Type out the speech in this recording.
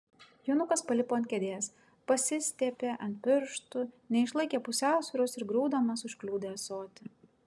jonukas palipo ant kėdės pasistiepė ant pirštų neišlaikė pusiausvyros ir griūdamas užkliudė ąsotį